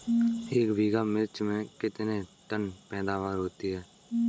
एक बीघा मिर्च में कितने टन पैदावार होती है?